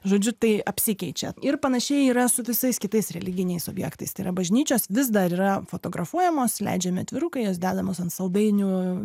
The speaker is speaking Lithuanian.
žodžiu tai apsikeičia ir panašiai yra su visais kitais religiniais objektais tai yra bažnyčios vis dar yra fotografuojamos leidžiami atvirukai jos dedamos ant saldainių